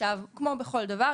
כמו בכל דבר,